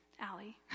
Allie